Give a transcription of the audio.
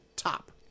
Top